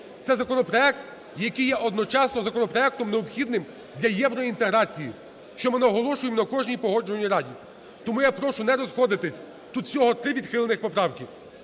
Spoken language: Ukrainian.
Це законопроект, який є одночасно законопроектом, необхідним для євроінтеграції, що ми наголошуємо на кожній Погоджувальній раді. Тому я прошу не розходитись, тут всього три відхилених поправки..